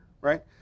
right